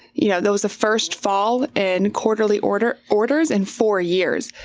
you know that was the first fall in quarterly order orders in four years.